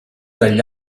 dagli